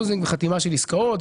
חתימה על עסקאות,